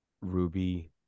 Ruby